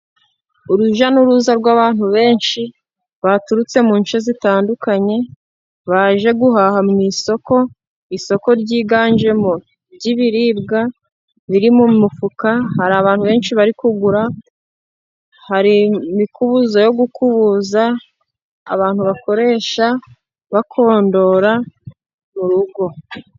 Urujya n'uruza rw'abantu benshi baturutse mu nshe zitandukanye baje guhaha mu isoko, isoko ryiganjemo ry'ibiribwa biri mu mufuka hari abantu benshi bari kugura hari imikubuza yo gukubuza abantu bakoresha bakondora mu rugo.